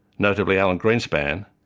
notably alan greenspan,